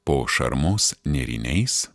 po šarmos nėriniais